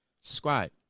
Subscribe